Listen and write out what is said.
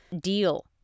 deal